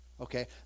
okay